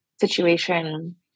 situation